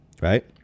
right